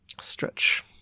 Stretch